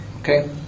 Okay